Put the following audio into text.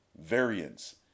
variance